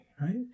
right